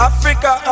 Africa